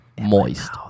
Moist